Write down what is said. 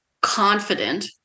confident